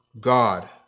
God